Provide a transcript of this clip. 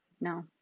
No